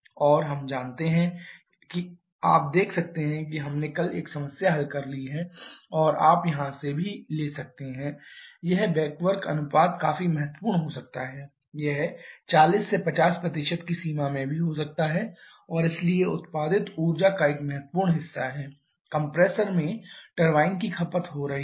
और हम जानते हैं कि आप देख सकते हैं कि हमने कल एक समस्या हल कर ली है और आप यहाँ से भी ले सकते हैं यह बैक वर्क अनुपात काफी महत्वपूर्ण हो सकता है यह 40 से 50 की सीमा में भी हो सकता है और इसलिए उत्पादित ऊर्जा का एक महत्वपूर्ण हिस्सा है कंप्रेसर में टरबाइन की खपत हो रही है